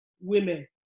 women